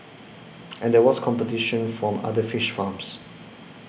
and there was competition from other fish farms